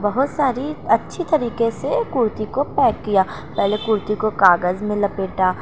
بہت ساری اچھی طریقے سے کرتی کو پیک کیا پہلے کرتی کو کاغذ میں لپیٹا